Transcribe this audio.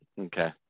Okay